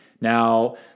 Now